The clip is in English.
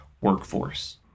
workforce